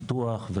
פיתוח,